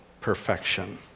perfection